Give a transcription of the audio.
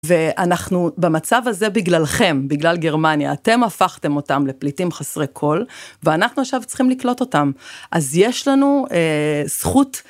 ואנחנו במצב הזה בגללכם, בגלל גרמניה, אתם הפכתם אותם לפליטים חסרי כל ואנחנו עכשיו צריכים לקלוט אותם, אז יש לנו זכות.